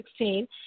2016